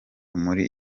muri